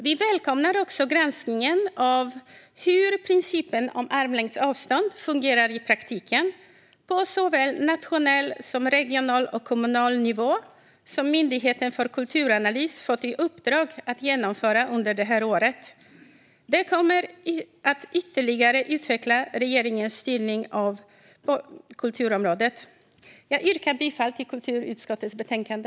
Vi välkomnar också den granskning av hur principen om armlängds avstånd fungerar i praktiken, på såväl nationell som regional och kommunal nivå, som Myndigheten för kulturanalys fått i uppdrag att genomföra under det här året. Detta kommer att ytterligare utveckla regeringens styrning av kulturområdet. Jag yrkar bifall till kulturutskottets förslag.